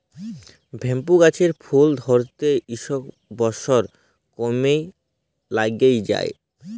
bamboo গাহাচের ফুল ধ্যইরতে ইকশ বসর ক্যইরে ল্যাইগে যায়